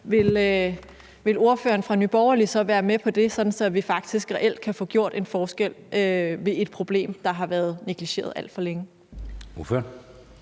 vil ordføreren fra Nye Borgerlige så være med på det, sådan at vi faktisk reelt kan få gjort en forskel i forhold til et problem, der har været negligeret alt for længe?